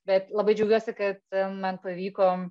bet labai džiaugiuosi kad man pavyko